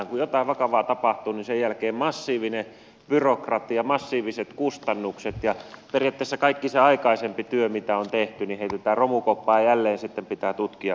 kun jotain vakavaa tapahtuu niin sen jälkeen massiivinen byrokratia massiiviset kustannukset ja periaatteessa kaikki se aikaisempi työ mitä on tehty heitetään romukoppaan ja jälleen sitten pitää tutkia uusiksi